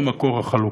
והוא מקור החלוקה.